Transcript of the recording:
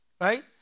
Right